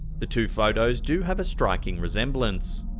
the two photos do have a striking resemblance.